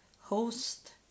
host